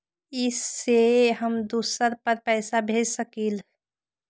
इ सेऐ हम दुसर पर पैसा भेज सकील?